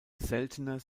seltener